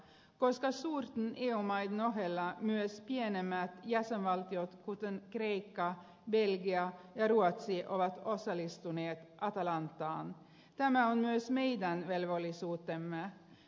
koska suurten eu maiden ohella myös pienemmät jäsenvaltiot kuten kreikka belgia ja ruotsi ovat osallistuneet atalantaan tämä on myös meidän velvollisuutemme